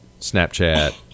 Snapchat